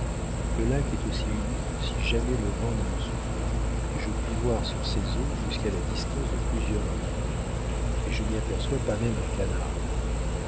le lac est aussi uni que si jamais le vent n'y eût soufflé et je puis voir sur ses eaux jusqu'à la distance de plusieurs milles mais je n'y aperçois pas même un canard